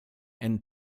and